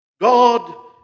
God